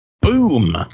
Boom